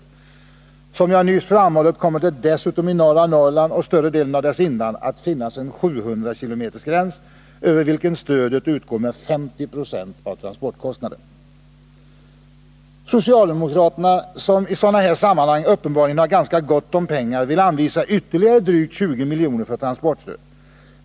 Som jag nyss framhållit kommer det dessutom i norra Norrland och större delen av dess inland att finnas en 700 km-gräns, över vilken stödet utgår med 50 96 av transportkostnaden. Socialdemokraterna, som i sådana här sammanhang uppenbarligen har ganska gott om pengar, vill anvisa ytterligare drygt 20 miljoner för transportstöd.